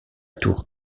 tour